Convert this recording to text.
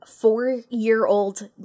four-year-old